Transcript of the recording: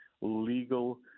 legal